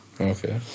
okay